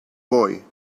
boy